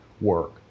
work